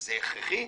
זה הכרחי?